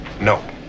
No